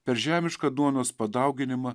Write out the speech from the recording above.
per žemišką duonos padauginimą